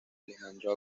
alejandro